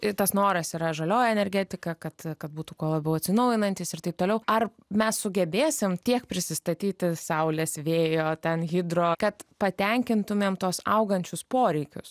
ir tas noras yra žalioji energetika kad kad būtų kuo labiau atsinaujinantys ir taip toliau ar mes sugebėsim tiek prisistatyti saulės vėjo ten hidro kad patenkintumėm tuos augančius poreikius